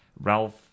Ralph